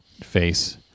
face